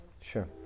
Sure